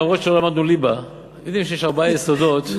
למרות שלא למדנו ליבה, יודעים שיש ארבעה יסודות.